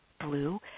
blue